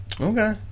Okay